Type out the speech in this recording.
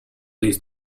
alice